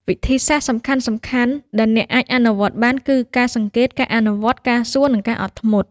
វិធីសាស្រ្តសំខាន់ៗដែលអ្នកអាចអនុវត្តបាន គឺ ការសង្កេត ការអនុវត្តន៍ ការសួរ និងការអត់ធ្មត់។